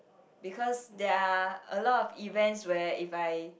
because there are a lot of events where if I